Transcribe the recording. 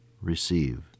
receive